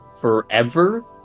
Forever